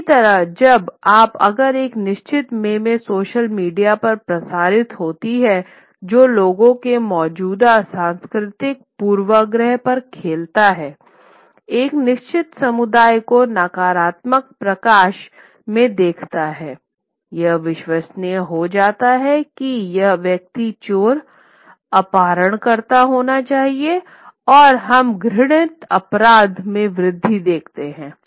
इसी तरह जब आज अगर एक निश्चित मेम सोशल मीडिया पर प्रसारित होती है जो लोगों के मौजूदा सांस्कृतिक पूर्वाग्रह पर खेलता है एक निश्चित समुदाय को नकारात्मक प्रकाश में देखता है यह विश्वसनीय हो जाता है कि यह व्यक्ति चोर अपहरणकर्ता होना चाहिए और हम घृणित अपराध में वृद्धि देखते हैं